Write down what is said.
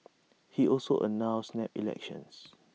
he also announced snap elections